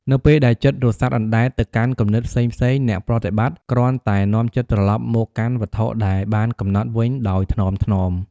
នៅពេលដែលចិត្តរសាត់អណ្ដែតទៅកាន់គំនិតផ្សេងៗ អ្នកប្រតិបត្តិគ្រាន់តែនាំចិត្តត្រឡប់មកកាន់វត្ថុដែលបានកំណត់វិញដោយថ្នមៗ។